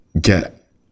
get